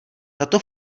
tato